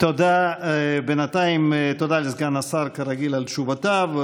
תודה לסגן השר, כרגיל, על תשובותיו.